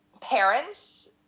Parents